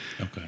Okay